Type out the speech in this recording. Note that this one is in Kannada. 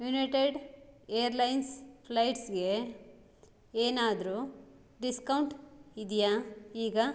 ಯುನೈಟೆಡ್ ಏರ್ಲೈನ್ಸ್ ಫ್ಲೈಟ್ಸ್ಗೆ ಏನಾದರೂ ಡಿಸ್ಕೌಂಟ್ ಇದೆಯಾ ಈಗ